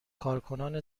کارکنان